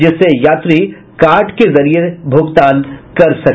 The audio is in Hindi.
जिससे यात्री कार्ड से भी भुगतान कर सके